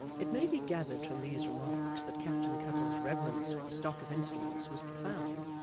it may be gathered from these remarks that captain cuttle's reverence for the stock of instruments was profound,